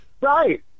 Right